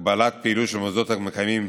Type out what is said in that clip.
(הגבלת פעילות של מוסדות המקיימים